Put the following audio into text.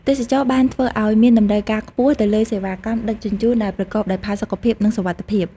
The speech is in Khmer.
ទេសចរណ៍បានធ្វើឲ្យមានតម្រូវការខ្ពស់ទៅលើសេវាកម្មដឹកជញ្ជូនដែលប្រកបដោយផាសុកភាពនិងសុវត្ថិភាព។